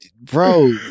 bro